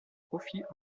profits